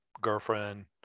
girlfriend